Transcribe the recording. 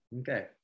Okay